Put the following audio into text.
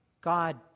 God